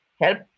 help